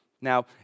Now